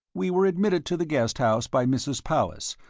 we were admitted to the guest house by mrs. powis,